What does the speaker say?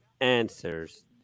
answers